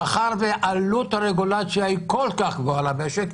מאחר שעלות הרגולציה היא כל כך גבוהה למשק,